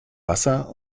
wasser